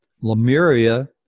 Lemuria